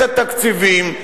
את התקציבים,